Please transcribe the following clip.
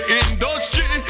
industry